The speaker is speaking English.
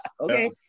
Okay